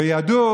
וידעו